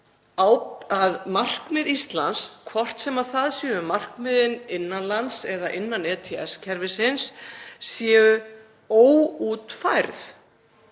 að markmið Íslands, hvort sem það eru markmiðin innan lands eða innan ETS-kerfisins, séu óútfærð.